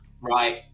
Right